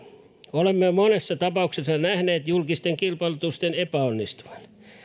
olemme jo monessa tapauksessa nähneet julkisten kilpailutusten epäonnistuvan